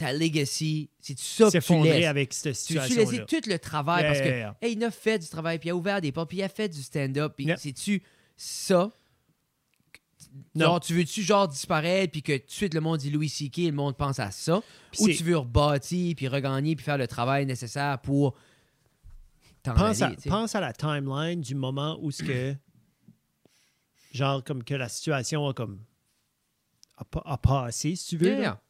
ta legacy, c'est ça que tu S'effondrer laisses. avec cette Tu veux-tu laisser situation-là? tout le travail parce que, Ya, ya, ya. hey, il a fait du travail, puis il a ouvert des portes, puis il a fait du stand-up, puis Ya. sais-tu ça? Que- t- Non. Genre, tu veux-tu genre disparaître, puis que tout de suite, le monde dit Louis C.K. et le monde pense à ça? Ou Pis c'est- tu veux rebâtir, puis regagner, puis faire le travail nécessaire pour t'en Pense aller, à- tu sais. pense à la timeline du moment où ce que- genre comme que la situation a comme- a pas- a passé, si tu veux, là. Ya, ya.